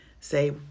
say